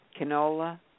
canola